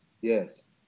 Yes